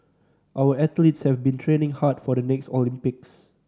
our athletes have been training hard for the next Olympics